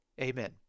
Amen